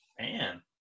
Man